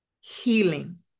healing